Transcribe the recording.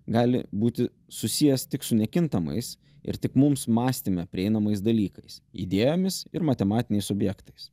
gali būti susijęs tik su nekintamais ir tik mums mąstyme prieinamais dalykais idėjomis ir matematiniais subjektais